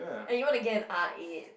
and you wanna get an R-eight